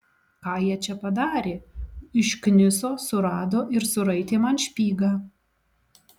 ką jie čia padarė iškniso surado ir suraitė man špygą